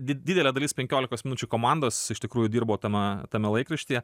didelė dalis penkiolikos minučių komandos iš tikrųjų dirbo tame tame laikraštyje